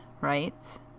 right